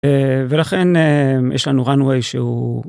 ולכן יש לנו runway שהוא.